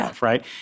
Right